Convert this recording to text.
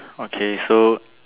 okay so